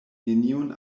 nenion